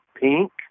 pink